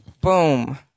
boom